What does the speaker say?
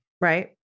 Right